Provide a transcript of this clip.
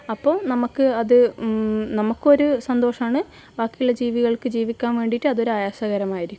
അപ്പോൾ നമുക്ക് അത് നമുക്ക് ഒരു സന്തോഷമാണ് ബാക്കിയുള്ള ജീവികൾക്ക് ജീവിക്കാൻ വേണ്ടിയിട്ട് അതൊരു ആയാസകരമായിരിക്കും